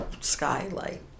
Skylight